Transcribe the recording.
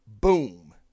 boom